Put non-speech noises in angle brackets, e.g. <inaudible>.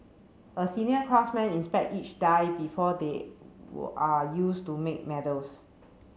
a senior craftsman inspect each die before they <unintelligible> are used to make medals